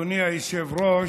אדוני היושב-ראש,